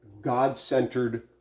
God-centered